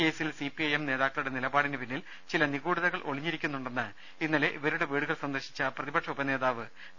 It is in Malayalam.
കേസിൽ സിപിഐഎം നേതാക്കളുടെ നിലപാടിന് പിന്നിൽ ചില നിഗൂഢതകൾ ഒളിഞ്ഞിരിക്കുന്നുണ്ടെന്ന് ഇന്നലെ ഇവരുടെ വീടുകൾ സന്ദർശിച്ച പ്രതി പക്ഷ ഉപനേതാവ് ഡോ